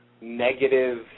negative